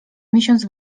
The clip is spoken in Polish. miesiąc